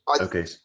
Okay